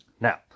Now